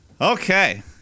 Okay